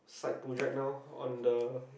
side project now on the